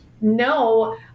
no